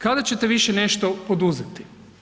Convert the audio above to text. Kada će te više nešto poduzeti?